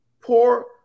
poor